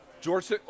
George